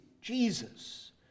Jesus